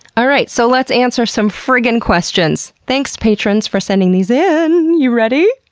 alright, so let's answer some friggin questions! thanks patrons, for sending these in! you ready?